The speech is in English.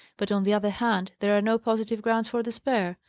but, on the other hand, there are no positive grounds for despair.